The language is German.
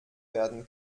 werden